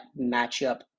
matchup